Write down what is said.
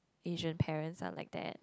Asian parents are like that